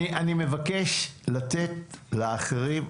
אני מבקש לתת לאחרים.